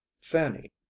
fanny